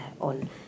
on